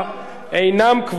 כל החבלים הללו,